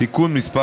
(תיקון מס'